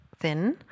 thin